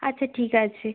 আচ্ছা ঠিক আছে